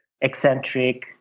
eccentric